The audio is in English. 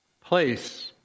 Place